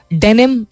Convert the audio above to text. denim